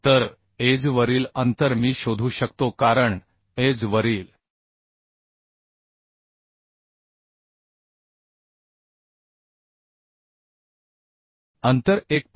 तर एज वरील अंतर मी शोधू शकतो कारण एज वरील अंतर 1